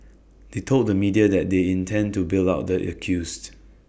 they told the media that they intend to bail out the accused